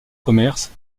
commerces